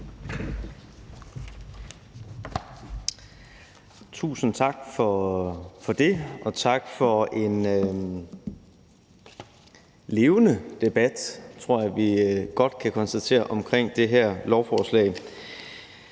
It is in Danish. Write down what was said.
Tusind tak for det, og tak for en levende debat, tror jeg vi godt kan konstatere, omkring det her lovforslag.